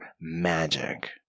magic